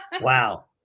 Wow